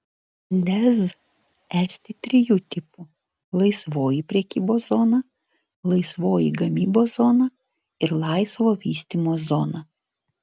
lez esti trijų tipų laisvoji prekybos zona laisvoji gamybos zona ir laisvo vystymo zona